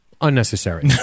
Unnecessary